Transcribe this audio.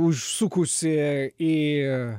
užsukusi į